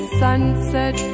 sunset